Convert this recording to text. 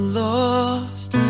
lost